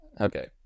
Okay